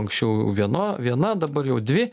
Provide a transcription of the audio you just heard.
anksčiau viena viena dabar jau dvi